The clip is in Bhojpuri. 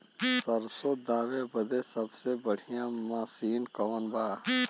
सरसों दावे बदे सबसे बढ़ियां मसिन कवन बा?